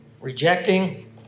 rejecting